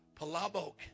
Palabok